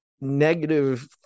negative